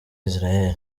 israel